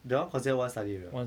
that one considered one study area